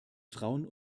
frauen